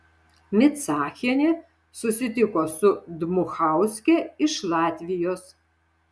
micachienė susitiko su dmuchauske iš latvijos